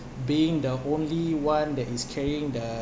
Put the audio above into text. being the only one that is carrying the